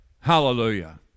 Hallelujah